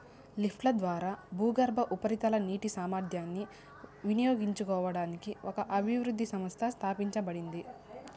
లిఫ్ట్ల ద్వారా భూగర్భ, ఉపరితల నీటి సామర్థ్యాన్ని వినియోగించుకోవడానికి ఒక అభివృద్ధి సంస్థ స్థాపించబడింది